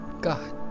God